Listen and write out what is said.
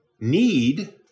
need